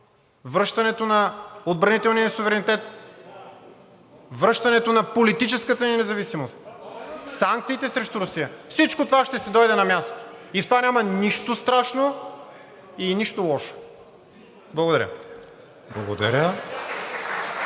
връщането на отбранителния суверенитет, връщането на политическата ни независимост, санкциите срещу Русия. Всичко това ще си дойде на мястото и в това няма нищо страшно и нищо лошо. Благодаря.